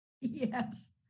Yes